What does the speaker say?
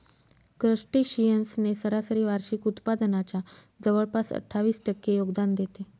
crustaceans ने सरासरी वार्षिक उत्पादनाच्या जवळपास अठ्ठावीस टक्के योगदान देते